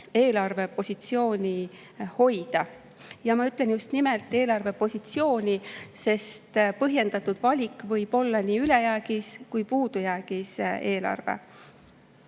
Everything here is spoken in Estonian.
eelarvepositsiooni hoida. Ma ütlen just nimelt, et eelarvepositsiooni, sest põhjendatud valik võib olla nii ülejäägis kui ka puudujäägis eelarve.